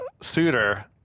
suitor